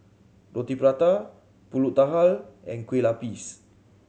Roti Prata pulut and Kueh Lapis